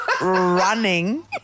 running